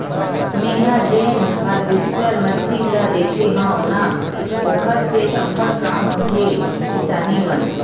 मेंहा जेन harvester machine ल देखे हव न ओखर से अब्बड़ काम होथे किसानी मन